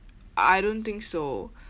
I don't think so